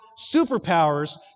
superpowers